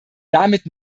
damit